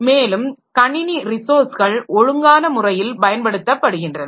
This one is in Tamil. மேலும் கணினி ரிஸோர்ஸஸ்கள் ஒழுங்கான முறையில் பயன்படுத்தப்படுகின்றன